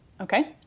Okay